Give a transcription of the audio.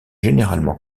généralement